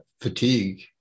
fatigue